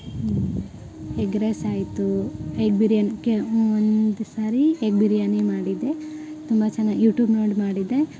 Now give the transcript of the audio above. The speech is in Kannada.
ಎಗ್ ರೈಸ್ ಆಯಿತೂ ಎಗ್ ಬಿರಿಯಾನಿಗೆ ಒಂದ್ಸಾರಿ ಎಗ್ ಬಿರಿಯಾನಿ ಮಾಡಿದ್ದೆ ತುಂಬ ಚೆನ್ನಾಗ್ ಯೂಟೂಬ್ ನೋಡಿ ಮಾಡಿದ್ದೆ